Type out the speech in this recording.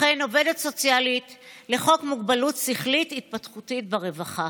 וכן עובדת סוציאלית לחוק מוגבלות שכלית התפתחותית ברווחה.